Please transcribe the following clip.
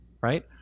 right